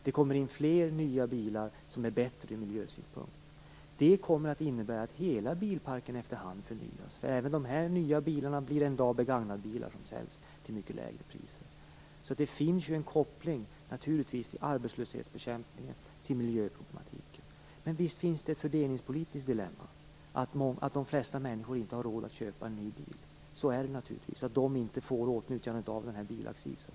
Det kommer in fler nya bilar, som är bättre ur miljösynpunkt. Det kommer att innebära att hela bilparken efter hand förnyas, eftersom även de här nya bilarna en dag blir begagnade bilar, som säljs till mycket lägre pris. Så det finns en koppling till arbetslöshetsbekämpningen och till miljöproblematiken. Men visst finns det här också ett fördelningspolitiskt dilemma, att de flesta människor inte har råd att köpa en ny bil och att de inte kommer i åtnjutande av den sänkta bilaccisen.